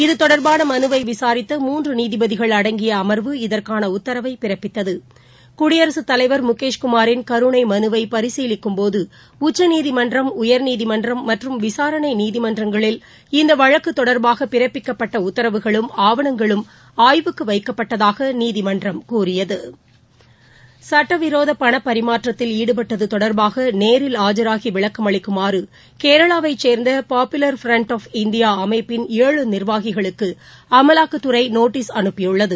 இது தொடர்பான மனுவை விசாரித்த மூன்று நீதிபதிகள் அடங்கிய அமர்வு இதற்கான உத்தரவை பிறப்பித்தக குடியரசுத் தலைவா் முகேஷ்குமாரின் கருணை மனுவை பரிசீலிக்கும்போது உச்சநீதிமன்றம் உயர்நீதிமன்றம் மற்றும் விசாரணை நீதிமன்றங்களில் இந்த வழக்கு தொடர்பாக பிறப்பிக்கப்பட்ட உத்தரவுகளும் ஆவணங்களும் ஆய்வுக்கு வைக்கப்பட்டதாக நீதிமன்றம் கூறியது சட்டவிரோத பணப்பரிமாற்றத்தில் ஈடுபட்டது தொடர்பாக நேரில் ஆஜராகி விளக்கம் அளிக்குமாறு கேரளாவை சேர்ந்த பாபுவர் ஃப்ரன்ட் ஆஃப் இந்தியா அமைப்பின் ஏழு நிர்வாகிகளுக்கு அமலாக்கத்துறை நோட்டீஸ் அனுப்பியுள்ளது